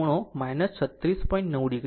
9 o